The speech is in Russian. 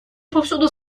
повсюду